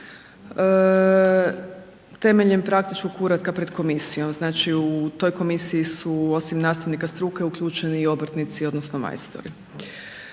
temeljem praktičkog uratka pred komisijom. Znači u toj komisiji su osim nastavnika struke uključeni i obrtnici odnosno majstori.